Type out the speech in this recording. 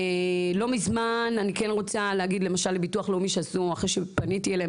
לא מזמן אני כן רוצה להגיד למשל לביטוח לאומי שאחרי שפניתי אליהם